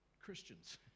Christians